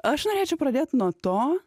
aš norėčiau pradėti nuo to